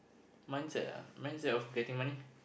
mindset ah mindset of getting money